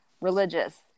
religious